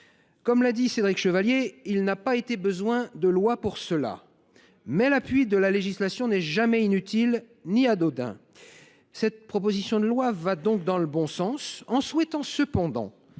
Comme l’a dit Cédric Chevalier, il n’a pas été besoin de loi pour cela. Toutefois, l’appui de la législation n’est jamais inutile ni anodin. Cette proposition de loi va donc dans le bon sens. À présent, je